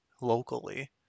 locally